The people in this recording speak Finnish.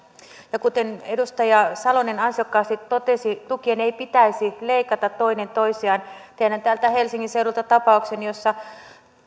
kuten edustaja salonen ansiokkaasti totesi tukien ei pitäisi leikata toinen toisiaan tiedän täältä helsingin seudulta tapauksen jossa